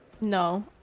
no